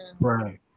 right